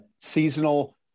Seasonal